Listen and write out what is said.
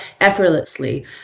effortlessly